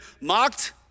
mocked